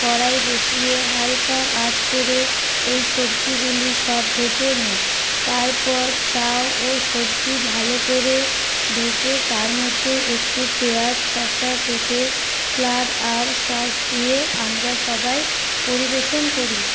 কড়াই বসিয়ে হালকা আঁচ করে এই সবজিগুলি সব ভেজে নিই তারপর চাউ ও সবজি ভালো করে ভেজে তার মধ্যে একটু পেঁয়াজ শশা কেটে স্যালাড আর সস দিয়ে আমরা সবাই পরিবেশন করি